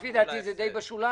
לפי דעתי זה די בשוליים.